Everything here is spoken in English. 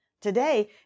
Today